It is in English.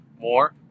more